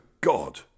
God